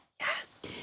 yes